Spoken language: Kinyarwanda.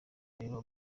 rero